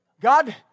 God